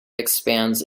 expands